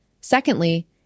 Secondly